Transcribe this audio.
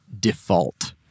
Default